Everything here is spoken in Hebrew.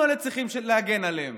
אנחנו צריכים להגן עליהם